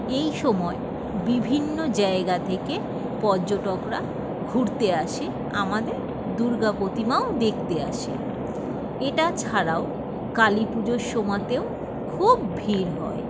এই সময় বিভিন্ন জায়গা থেকে পর্যটকরা ঘুরতে আসে আমাদের দুর্গা প্রতিমাও দেখতে আসে এটা ছাড়াও কালিপুজোর সময়তেও খুব ভিড় হয়